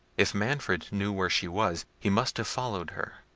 if manfred knew where she was, he must have followed her.